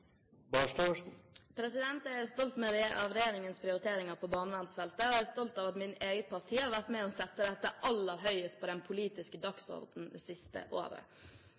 Barstad stolt av regjeringens prioriteringer i så henseende? Jeg er stolt av regjeringens prioriteringer på barnevernsfeltet, og jeg er stolt av at mitt eget parti har vært med på å sette dette aller høyest på den politiske dagsordenen det siste året.